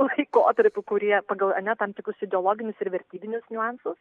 laikotarpių kurie pagal ar ne tam tikrus ideologinius ir vertybinius niuansus